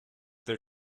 their